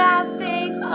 Laughing